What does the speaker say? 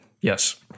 Yes